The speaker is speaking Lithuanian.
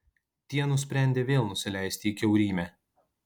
tie nusprendė vėl nusileisti į kiaurymę